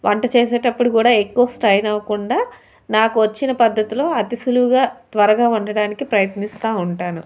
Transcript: వంట చేసేటప్పుడు కూడా ఎక్కువ స్ట్రైన్ అవకుండా నాకు వచ్చిన పద్ధతిలో అతి సులువుగా త్వరగా వండటానికి ప్రయత్నిస్తూ ఉంటాను